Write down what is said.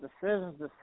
Decisions